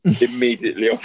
immediately